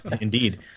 indeed